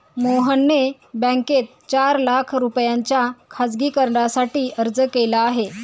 मोहनने बँकेत चार लाख रुपयांच्या खासगी कर्जासाठी अर्ज केला आहे